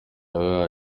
yahawe